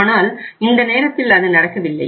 ஆனால் இந்த நேரத்தில் அது நடக்கவில்லை